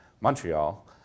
Montreal